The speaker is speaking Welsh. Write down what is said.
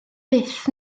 byth